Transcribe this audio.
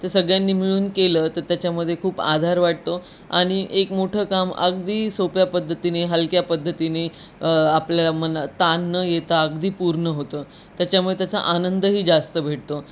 तर सगळ्यांनी मिळून केलं तर त्याच्यामध्ये खूप आधार वाटतो आणि एक मोठं काम अगदी सोप्या पद्धतीने हलक्या पद्धतीने आपल्याला मना ताण न येता अगदी पूर्ण होतं त्याच्यामुळे त्याचा आनंदही जास्त भेटतो